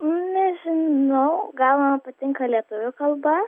nežinau gal man patinka lietuvių kalba